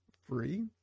free